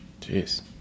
Jeez